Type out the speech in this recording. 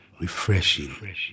refreshing